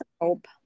hope